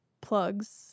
plugs